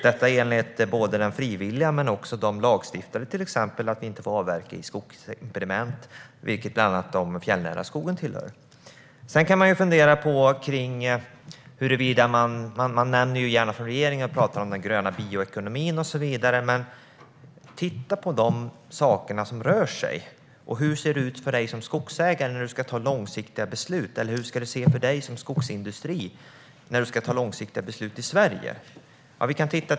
Detta gäller både för det frivilliga och för det lagstiftade, till exempel att vi inte ska avverka i skogsimpediment, vilket bland annat den fjällnära skogen tillhör. Man talar gärna från regeringen om den gröna bioekonomin och så vidare. Men titta på de saker som rör sig. Hur ser det ut för dig som skogs-ägare när du ska fatta långsiktiga beslut? Eller hur ser det ut för skogsindustrin när den ska fatta långsiktiga beslut i Sverige?